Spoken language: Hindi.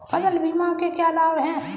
फसल बीमा के क्या लाभ हैं?